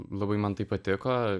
labai man tai patiko